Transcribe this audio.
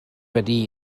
wedi